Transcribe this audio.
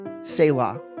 Selah